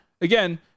Again